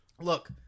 Look